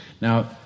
Now